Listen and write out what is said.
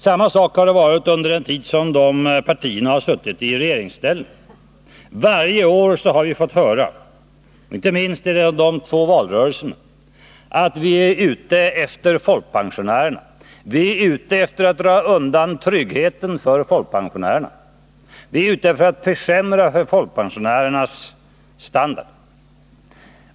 Sak samma har det varit under den tid som de här partierna suttit i regeringsställning. Varje år har vi fått höra, inte minst i de två valrörelserna, att vi är ute efter folkpensionärerna. Vi är ute efter att dra undan tryggheten för folkpensionärerna, vi är ute för att försämra folkpensionärernas standard, har det sagts.